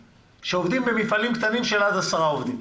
שעובדים במפעלים קטנים של עד עשרה עובדים.